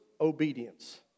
obedience